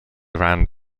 rand